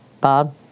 Bob